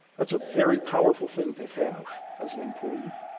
that's a very powerful thing to have as an employee.